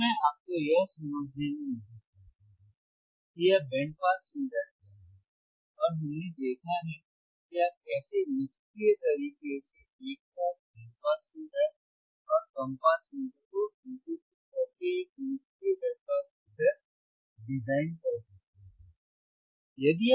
तो अब मैं आपको यह समझने में मदद करता हूं कि यह बैंड पास फिल्टर क्या है और हमने देखा है कि आप कैसे निष्क्रिय तरीके से एक साथ हाई पास फिल्टर और कम पास फिल्टर को एकीकृत करके एक निष्क्रिय बैंड पास फिल्टर डिजाइन कर सकते हैं